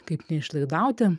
kaip neišlaidauti